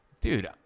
dude